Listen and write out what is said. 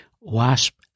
Wasp